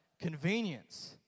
convenience